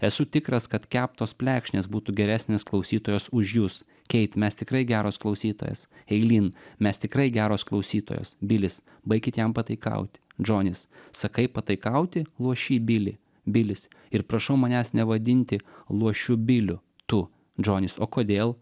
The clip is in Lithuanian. esu tikras kad keptos plekšnės būtų geresnės klausytojos už jus keit mes tikrai geros klausytojos eilyn mes tikrai geros klausytojos bilis baikit jam pataikauti džonis sakai pataikauti luošy bili bilis ir prašau manęs nevadinti luošiu biliu tu džonis o kodėl